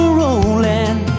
rolling